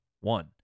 one